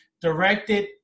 directed